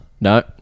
No